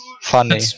funny